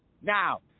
Now